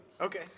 Okay